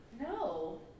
No